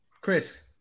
Chris